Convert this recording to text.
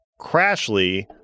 Crashly